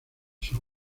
sus